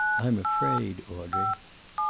i'm afraid, audrey.